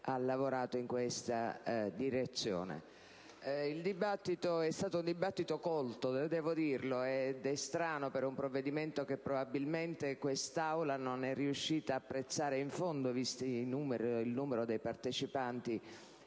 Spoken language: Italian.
un dibattito colto, devo dirlo, anche se è strano per un provvedimento che, probabilmente, quest'Aula non è riuscita ad apprezzare fino in fondo, visto il numero dei partecipanti,